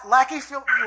Lackey